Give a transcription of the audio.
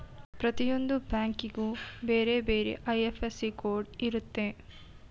ಪ್ರತಿಯೊಂದು ಬ್ಯಾಂಕಿಗೂ ಬೇರೆ ಬೇರೆ ಐ.ಎಫ್.ಎಸ್.ಸಿ ಕೋಡ್ ಇರುತ್ತೆ